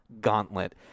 gauntlet